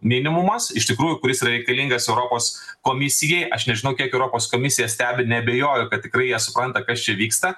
minimumas iš tikrųjų kuris yra reikalingas europos komisijai aš nežinau kiek europos komisija stebi neabejoju kad tikrai jie supranta kas čia vyksta